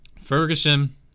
Ferguson